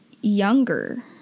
younger